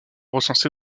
recensé